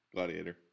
Gladiator